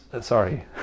sorry